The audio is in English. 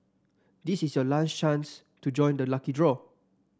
this is your last chance to join the lucky draw